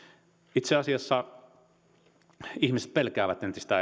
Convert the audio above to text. itse asiassa tutkimusten mukaan ihmiset pelkäävät entistä